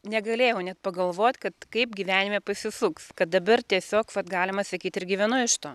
negalėjau net pagalvot kad kaip gyvenime pasisuks kad dabar tiesiog vat galima sakyt ir gyvenu iš to